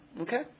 Okay